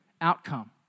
outcome